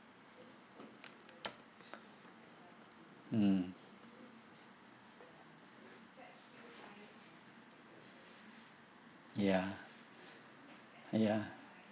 mm ya ya